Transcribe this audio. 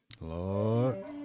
Lord